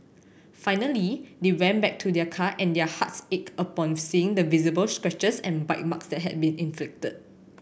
finally they went back to their car and their hearts ached upon seeing the visible scratches and bite marks that had been inflicted